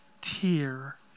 tear